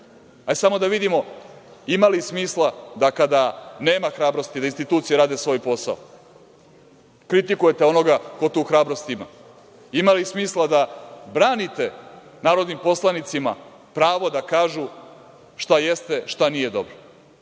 Hajde samo da vidimo ima li smisla da kada nema hrabrosti da institucije rade svoj posao, kritikujete onoga ko tu hrabrost ima. Ima li smisla da branite narodnim poslanicima pravo da kažu šta jeste, a šta nije dobro,